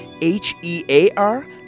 H-E-A-R